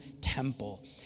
temple